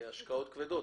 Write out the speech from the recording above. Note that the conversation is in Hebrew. השקעות כבדות.